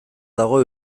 dago